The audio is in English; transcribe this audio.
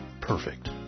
perfect